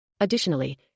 Additionally